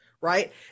right